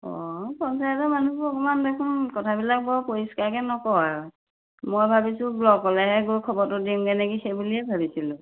অঁ পঞ্চায়তৰ মানুহবোৰৰ অকমান দেখোন কথাবিলাক বৰ পৰিষ্কাৰকে নকয় আৰু মই ভাবিছোঁ ব্লকলেহে গৈ খবৰটো দিমগে নেকি সেই বুলিয়ে ভাবিছিলোঁ